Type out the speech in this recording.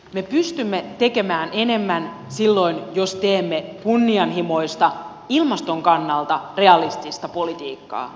me pystymme tekemään enemmän silloin jos teemme kunnianhimoista ilmaston kannalta realistista politiikkaa